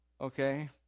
okay